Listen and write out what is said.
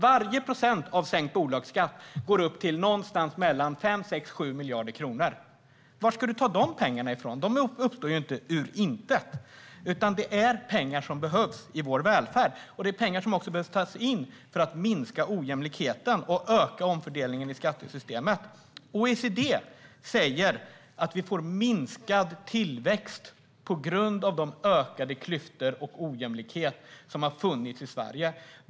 Varje procents sänkning av bolagsskatten innebär någonstans mellan 5 och 7 miljarder kronor. Varifrån ska Larry Söder ta de pengarna? De uppstår ju inte ur intet, utan det är pengar som behövs i vår välfärd, och det är pengar som också måste tas in för att minska ojämlikheten och öka omfördelningen i skattesystemet. OECD säger att vi får minskad tillväxt på grund av de ökade klyftor och den ojämlikhet som har funnits i Sverige.